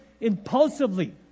impulsively